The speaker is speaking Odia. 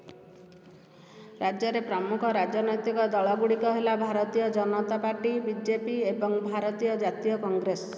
ରାଜ୍ୟରେ ପ୍ରମୁଖ ରାଜନୈତିକ ଦଳ ଗୁଡ଼ିକ ହେଲା Bharatiya Janata party B J P ଏବଂ ଭାରତୀୟ ଜାତୀୟ କଂଗ୍ରେସ